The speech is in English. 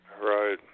Right